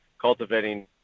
cultivating